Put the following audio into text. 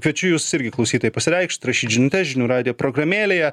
kviečiu jus irgi klausytojai pasireikšt rašyt žinutes žinių radijo programėlėje